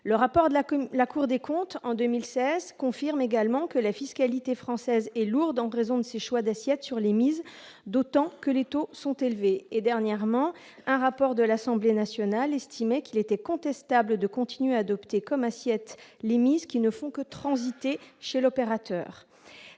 de la commune, la Cour des comptes en 2016 confirme également que la fiscalité française est lourde en raison de ses choix d'assiette sur les mises, d'autant que les taux sont élevés et, dernièrement, un rapport de l'Assemblée nationale, estimait qu'il était contestable de continuer à adopter comme assiette les milices qui ne font que transiter chez l'opérateur,